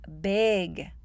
big